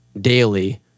daily